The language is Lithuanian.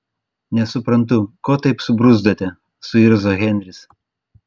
nesuprantu ko taip subruzdote suirzo henris